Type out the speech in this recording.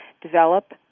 develop